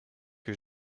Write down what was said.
que